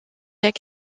est